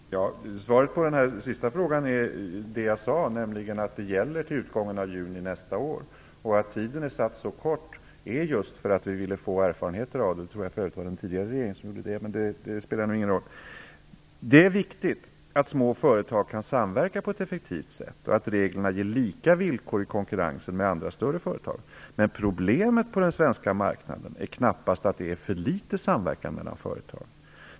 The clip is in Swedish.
Fru talman! Svaret på den sista frågan är det jag sade, nämligen att det gäller till utgången av juni nästa år. Anledningen till att tiden är satt så kort är just att vi vill få erfarenheter av detta. Jag trodde att det var den tidigare regeringen som bestämde det, men det spelar ingen roll. Det är viktigt att små företag kan samverka på ett effektivt sätt och att reglerna ger lika villkor i konkurrensen med andra, större företag. Men problemet på den svenska marknaden är knappast att det är för litet samverkan mellan företag.